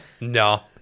No